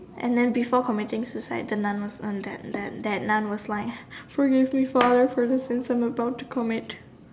and then before committing suicide the Nun was uh that that that Nun was like forgive me father for the sins I am about to commit